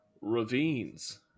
Ravines